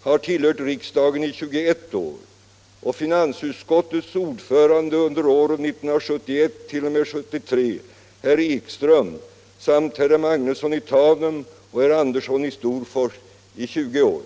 har tillhört riksdagen i 21 år och finansutskottets ordförande under åren 1971-1973, herr Ekström, samt herr Magnusson i Tanum och herr Andersson i Storfors i 20 år.